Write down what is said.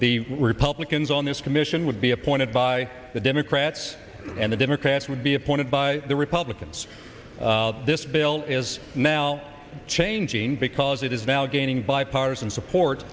the republicans on this commission would be appointed by the democrats and the democrats would be appointed by the republicans this bill is now changing because it is now gaining bipartisan support